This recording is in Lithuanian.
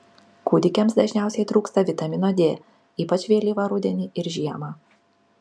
kūdikiams dažniausiai trūksta vitamino d ypač vėlyvą rudenį ir žiemą